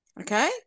okay